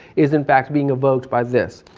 is in fact being evoked by this.